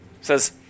says